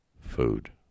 food